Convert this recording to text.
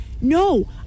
No